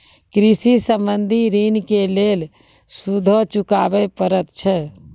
कृषि संबंधी ॠण के लेल सूदो चुकावे पड़त छै?